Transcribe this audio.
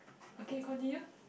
okay continue